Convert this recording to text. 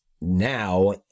now